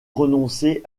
renoncer